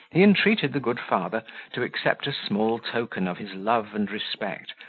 he entreated the good father to accept a small token of his love and respect,